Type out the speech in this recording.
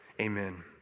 amen